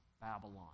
Babylon